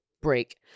break